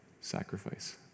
sacrifice